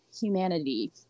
humanity